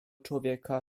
człowieka